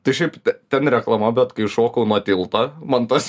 tai šiaip ten reklama bet kai šokau nuo tilto man tas